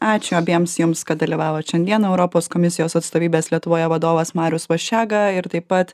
ačiū abiems jums kad dalyvavot šiandien europos komisijos atstovybės lietuvoje vadovas marius vaščega ir taip pat